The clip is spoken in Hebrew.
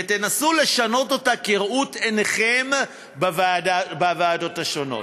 ותנסו לשנות אותה כראות עיניכם בוועדות השונות.